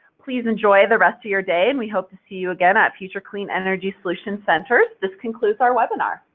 please enjoy the rest of your day and we hope to see you again at future clean energy solutions centers. this concludes our webinar.